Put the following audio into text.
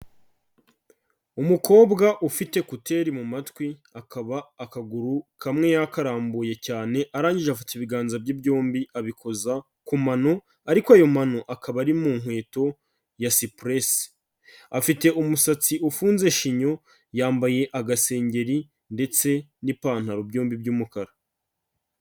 Umukobwa ufite ekuteri mu matwi akaba akaguru kamwe yakarambuye cyane arangije afata ibiganza bye byombi abikoza ku mano ariko ayo mpano akaba ari mu nkweto ya sipurese, afite umusatsi ufunze shinyo, yambaye agasengeri ndetse n'ipantaro byombi by'umukara.